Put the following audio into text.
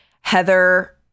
heather